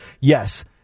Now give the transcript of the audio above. Yes